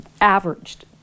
averaged